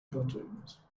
cartoons